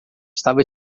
estava